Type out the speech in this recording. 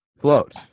Float